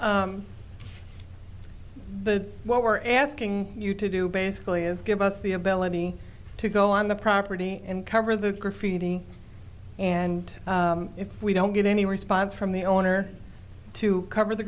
the what we're asking you to do basically is give us the ability to go on the property and cover the graffiti and if we don't get any response from the owner to cover the